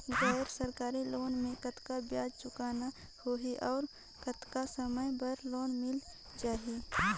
गैर सरकारी लोन मे कतेक ब्याज चुकाना होही और कतेक समय बर लोन मिल जाहि?